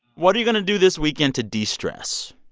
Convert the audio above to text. what are you going to do this weekend to de-stress?